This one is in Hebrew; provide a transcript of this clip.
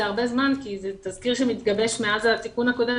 הרבה זמן, כי זה תזכיר שמתגבש מאז התיקון הקודם.